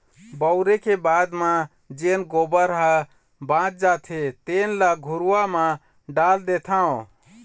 बउरे के बाद म जेन गोबर ह बाच जाथे तेन ल घुरूवा म डाल देथँव